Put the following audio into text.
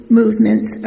movements